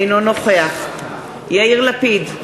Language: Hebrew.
אינו נוכח יאיר לפיד,